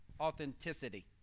authenticity